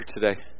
today